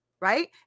right